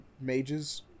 mages